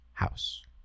house